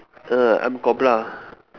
uh I'm cobra